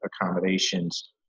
accommodations